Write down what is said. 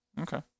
Okay